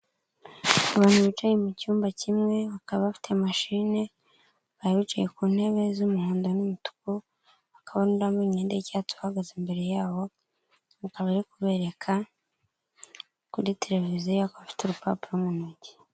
Abantu bicaye mu cyumba kimwe, bakaba bafite mashine, hari abicaye ku ntebe z'umuhondo n'umutuku, hakaba hari undi wambaye umwenda w'icyatsi, uhagaze imbere yabo, akaba ari kubereka kuri televiziyo akaba afite urupapuro mu ntoki.